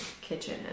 kitchen